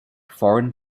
foreign